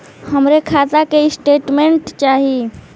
हमरे खाता के स्टेटमेंट चाही?